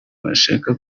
washaka